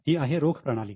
ही आहे रोख प्रणाली